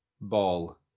ball